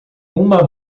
uma